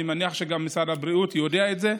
ואני מניח שגם משרד הבריאות יודע את זה.